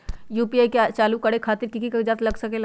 UPI के चालु करे खातीर कि की कागज़ात लग सकेला?